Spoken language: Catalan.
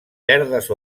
verdes